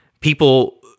people